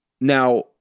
Now